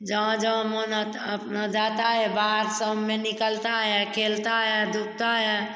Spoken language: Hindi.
जहाँ जहाँ मन आता है अपना जाता है बाहर सब में निकलता है खेलता है कूदता है